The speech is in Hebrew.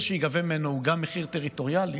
שייגבה ממנו הוא גם מחיר טריטוריאלי,